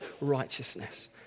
righteousness